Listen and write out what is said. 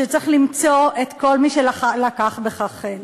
שצריך למצוא את כל מי שלקח בכך חלק.